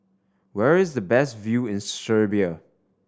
where is the best view in Serbia